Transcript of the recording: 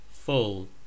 Full